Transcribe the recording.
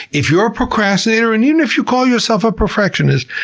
if you're a procrastinator, and even if you call yourself a perfectionist,